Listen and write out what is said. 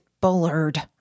bullard